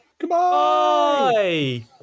goodbye